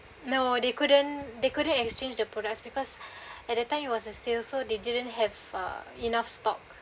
no they couldn't they couldn't exchange the products because at that time it was the sales so they didn't have uh enough stock